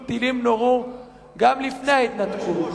כי הטילים נורו גם לפני ההתנתקות.